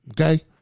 Okay